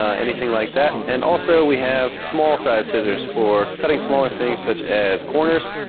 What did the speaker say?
anything like that, and also we have small-size scissors for cutting smaller things such as corners,